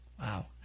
Wow